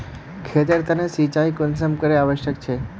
खेतेर तने सिंचाई कुंसम करे आवश्यक छै?